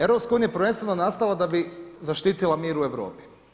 EU je prvenstveno nastala da bi zaštitila mir u Europi.